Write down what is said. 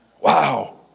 Wow